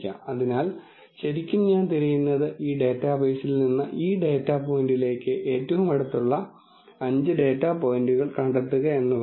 അതിനാൽ ശരിക്കും ഞാൻ തിരയുന്നത് ഈ ഡാറ്റാബേസിൽ നിന്ന് ഈ ഡാറ്റാ പോയിന്റിലേക്ക് ഏറ്റവും അടുത്തുള്ള 5 ഡാറ്റ പോയിന്റുകൾ കണ്ടെത്തുക എന്നതാണ്